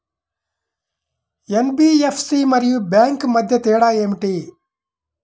NBFC మరియు bank మధ్య తేడా ఏమిటీ?